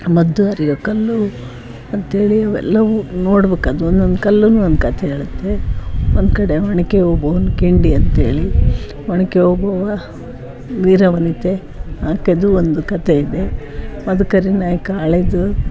ಮದ್ದು ಅರೆಯೋ ಕಲ್ಲು ಅಂತೇಳಿ ಅವೆಲ್ಲವೂ ನೋಡ್ಬಕಾದ್ದು ಒಂದೊಂದು ಕಲ್ಲು ಒಂದು ಕಥೆ ಹೇಳುತ್ತೆ ಒಂದು ಕಡೆ ಓನಕೆ ಓಬವ್ವನ ಕಿಂಡಿ ಅಂತೇಳಿ ಓನಕೆ ಓಬವ್ವ ವೀರವನಿತೆ ಆಕೆಯದೂ ಒಂದು ಕಥೆ ಇದೆ ಮದಕರಿ ನಾಯಕ ಆಳಿದ್ದು